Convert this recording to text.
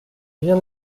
viens